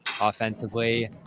offensively